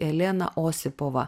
elena osipovą